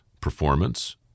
performance